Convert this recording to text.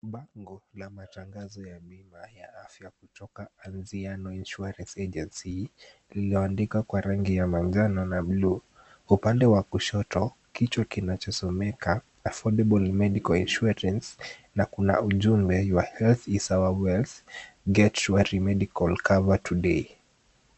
Bango la matangazo ya bima ya afya kutoka Anziano Insurance Agency, lililoandikwa kwa rangi ya manjano na bluu. Upande wa kushoto kichwa kinachosomeka Affordable Medical Insurance na kuna ujumbe Your Health Is Our Wealth, Get Your Medical Cover Today.